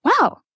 Wow